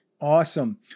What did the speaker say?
Awesome